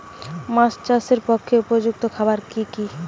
মাছ চাষের পক্ষে উপযুক্ত খাবার কি কি?